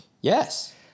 Yes